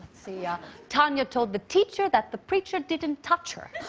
so yeah tanya told the teacher that the preacher didn't touch her.